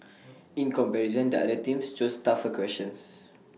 in comparison the other teams chose tougher questions